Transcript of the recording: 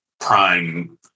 prime